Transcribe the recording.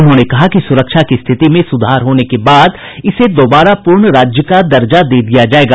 उन्होंने कहा कि सुरक्षा की स्थिति में सुधार होने के बाद इसे दोबारा पूर्ण राज्य का दर्जा दे दिया जायेगा